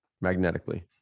magnetically